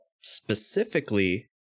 specifically